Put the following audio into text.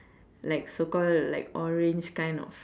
like so called like orange kind of